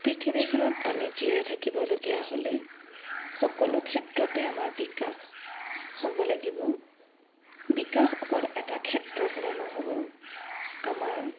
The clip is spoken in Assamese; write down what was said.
পৃথিৱীখনত আমি জীয়াই থাকিবলগীয়া হ'লে সকলো ক্ষেত্ৰতে আমাৰ বিকাশ হ'ব লাগিব বিকাশ অকল এটা ক্ষেত্ৰত হ'লে নহ'ব আমাৰ